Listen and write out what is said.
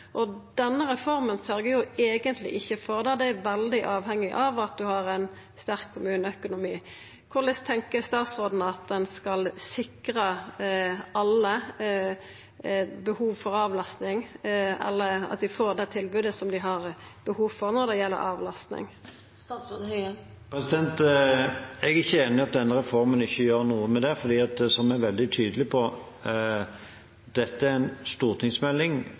Og denne reforma sørgjer eigentleg ikkje for det. Det er veldig avhengig av at ein har ein sterk kommuneøkonomi. Korleis tenkjer statsråden at ein skal sikra at alle får det tilbodet dei har behov for når det gjeld avlastning? Jeg er ikke enig i at denne reformen ikke gjør noe med det, for det er vi veldig tydelige på. Dette er en stortingsmelding